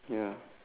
ya